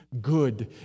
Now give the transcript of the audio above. good